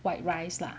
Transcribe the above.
white rice lah